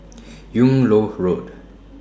Yung Loh Road